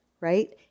right